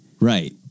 Right